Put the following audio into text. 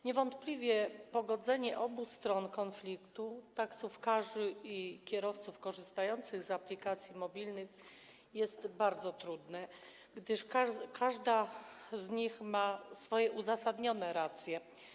Niewątpliwie pogodzenie obu stron konfliktu - taksówkarzy i kierowców korzystających z aplikacji mobilnych - jest bardzo trudne, gdyż każda z nich ma swoje uzasadnione racje.